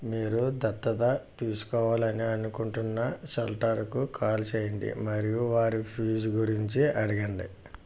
మీరు దత్తత తీసుకోవాలని అనుకుంటున్నషెల్టర్కు కాల్ చేయండి మరియు వారి ఫీజు గురించి అడగండి